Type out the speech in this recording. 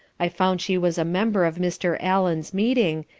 i found she was a member of mr. allen's meeting,